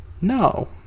No